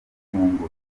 igifungo